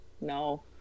No